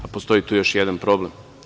Postoji tu još jedan problem.